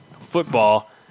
football